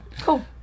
Cool